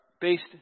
based